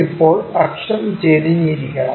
ഇപ്പോൾ അക്ഷം ചെരിഞ്ഞിരിക്കണം